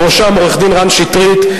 בראשם עורכי-הדין רן שטרית,